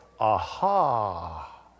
Aha